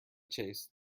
chase